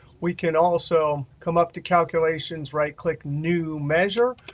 we can also come up to calculations, right-click, new measure.